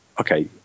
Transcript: okay